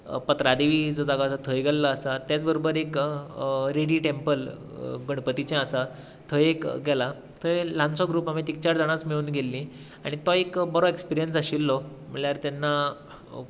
पत्रादेवी जो जागो आसा थंय गेल्लो आसा तेच बरोबर एक रेडी टेम्पल गणपतीचें आसा थंय एक गेलां थंय ल्हानसो ग्रूप आमी तीग चार जाणांच मेळुन गेल्लीं आनी तो एक बरो एक्स्पिरियन्स आशिल्लो म्हळ्यार तेन्ना